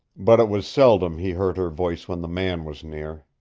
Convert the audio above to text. but it was seldom he heard her voice when the man was near.